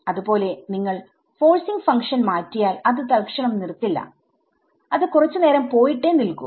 അത് പോലെ നിങ്ങൾ ഫോഴ്സിങ് ഫങ്ക്ഷൻ മാറ്റിയാൽ അത് തലക്ഷണം നിർത്തില്ല അത് കുറച്ചു നേരം പോയിട്ടേ നിൽക്കൂ